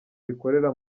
bikorera